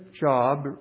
job